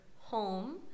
home